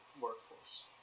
workforce